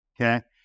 okay